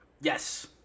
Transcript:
Yes